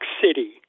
city